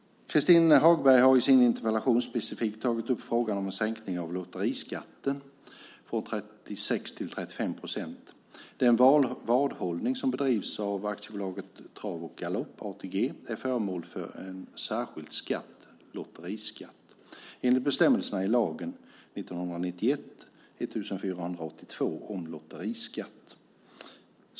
Christin Hagberg har i sin interpellation specifikt tagit upp frågan om en sänkning av lotteriskatten från 36 till 35 %. Den vadhållning som bedrivs av AB Trav och Galopp, ATG, är föremål för en särskild skatt, lotteriskatt, enligt bestämmelserna i lagen om lotteriskatt.